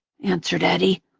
answered eddie,